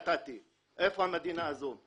איפה המדינה הזו?